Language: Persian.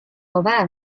آور